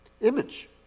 image